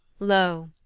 lo,